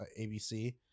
abc